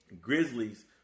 Grizzlies